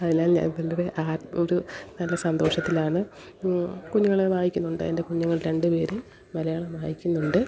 അതെല്ലാം ഞാൻ പിള്ളേരെ ആ ഒരു നല്ല സന്തോഷത്തിലാണ് കുഞ്ഞുങ്ങൾ വായിക്കുന്നുണ്ട് എൻ്റെ കുഞ്ഞുങ്ങൾ രണ്ട് പേരും മലയാളം വായിക്കുന്നുണ്ട്